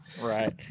right